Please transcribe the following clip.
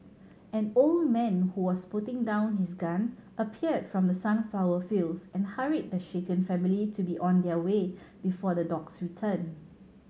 an old man who was putting down his gun appeared from the sunflower fields and hurried the shaken family to be on their way before the dogs return